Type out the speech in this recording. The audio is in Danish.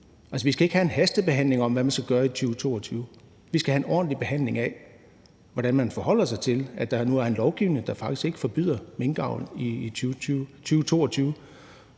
vi skal ikke have en hastebehandling om, hvad man skal gøre i 2022, vi skal have en ordentlig behandling af, hvordan man forholder sig til, at der nu er en lovgivning, der faktisk ikke forbyder minkavl i 2022,